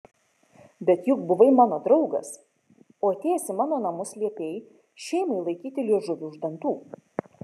bet juk buvai mano draugas o atėjęs į mano namus liepei šeimai laikyti liežuvį už dantų